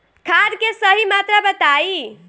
खाद के सही मात्रा बताई?